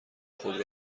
خود